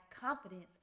confidence